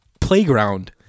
playground